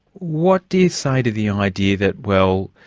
what do you say to the idea that, well,